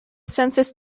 census